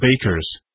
bakers